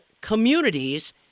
communities